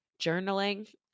journaling